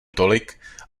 tolik